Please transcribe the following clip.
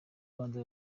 rwanda